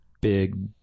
big